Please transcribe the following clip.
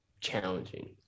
challenging